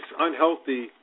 unhealthy